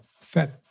Fed